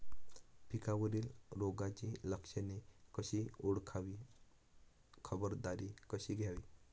पिकावरील रोगाची लक्षणे कशी ओळखावी, खबरदारी कशी घ्यावी?